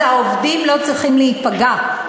אז העובדים לא צריכים להיפגע,